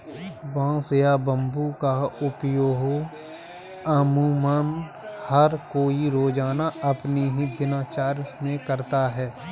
बांस या बम्बू का उपयोग अमुमन हर कोई रोज़ाना अपनी दिनचर्या मे करता है